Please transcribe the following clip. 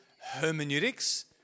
hermeneutics